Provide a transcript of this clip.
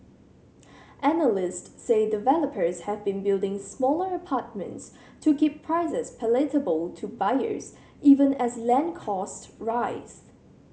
analysts say developers have been building smaller apartments to keep prices palatable to buyers even as land costs rise